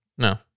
No